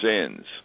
sins